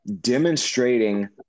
demonstrating